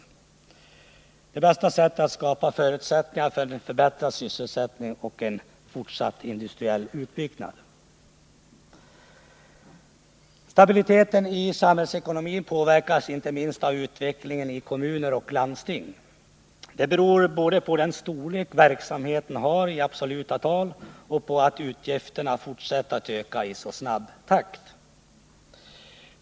Det är det bästa sättet att skapa förutsättningar för en förbättring av sysselsättningen och en fortsättning av den industriella utbyggnaden. Stabiliteten i samhällsekonomin påverkas inte minst av utvecklingen i kommuner och landsting. Det beror både på den storlek verksamheten har i absoluta tal och på att utgifterna fortsätter att öka i så snabb takt.